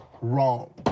wrong